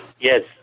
Yes